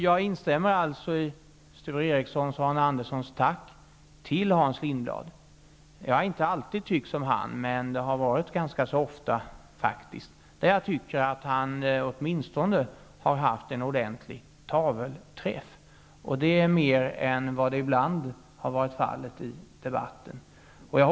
Jag instämmer alltså i Sture Ericsons och Arne Anderssons tack till Hans Lindblad. Jag har inte alltid tyckt som han, men det har varit ganska ofta jag har tyckt att han åtminstone har haft en ordentlig tavelträff. Det är mer än det ibland har varit fallet i debatten i övrigt.